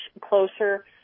closer